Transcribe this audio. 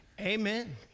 amen